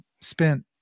spent